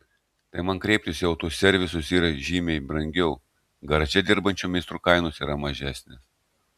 tai man kreiptis į autoservisus yra žymiai brangiau garaže dirbančių meistrų kainos yra mažesnės